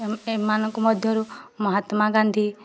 ଏମାନଙ୍କ ମଧ୍ୟରୁ ମହାତ୍ମା ଗାନ୍ଧୀ